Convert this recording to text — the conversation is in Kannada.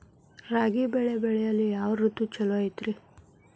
ರಾಗಿ ಬೆಳೆ ಬೆಳೆಯಲು ಯಾವ ಋತು ಛಲೋ ಐತ್ರಿ?